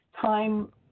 Time